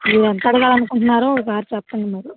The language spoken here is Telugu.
మీరు ఎంత అడగాలనుకుంటున్నారో ఒక సారి చెప్పండి మరి